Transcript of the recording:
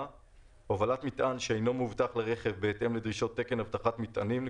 הובלת מטען שאינו מאובטח לרכב בהתאם לדרישות תקן אבטחת מטענים,